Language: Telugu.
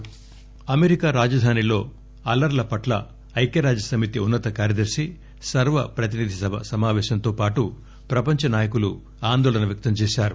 రిపైజ్డ్ లీడర్స్ అమెరికా రాజధానిలో అల్లర్ల పట్ల ఐక్యరాజ్యసమితి ఉన్నత కార్యదర్శి సర్వ ప్రతినిధి సభ సమాపేశంతో పాటు ప్రపంచ నాయకులు ఆందోళన వ్యక్తం చేశారు